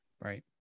Right